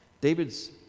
David's